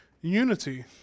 unity